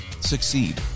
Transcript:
succeed